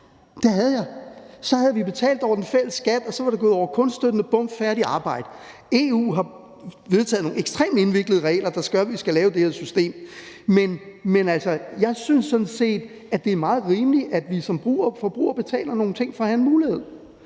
Det havde jeg. Så havde vi betalt over den fælles skat, og så var det gået ud over kunststøtten, bum, færdigt arbejde. EU har vedtaget nogle ekstremt indviklede regler, der gør, at vi skal lave det her system, men jeg synes sådan set, at det er meget rimeligt, at vi som forbrugere betaler nogle ting for at have en mulighed.